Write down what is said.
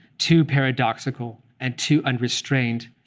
too paradoxical, and too unrestrained,